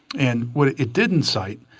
and what it didn't cite,